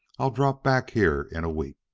i'll drop back here in a week.